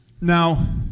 Now